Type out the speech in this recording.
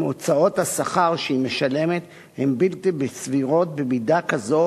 הוצאות השכר שהיא משלמת הן בלתי סבירות במידה כזאת